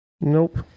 nope